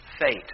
fate